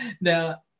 Now